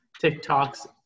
TikTok's